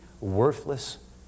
worthless